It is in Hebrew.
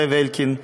זאב אלקין,